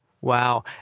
Wow